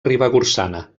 ribagorçana